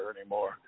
anymore